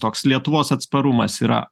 toks lietuvos atsparumas yra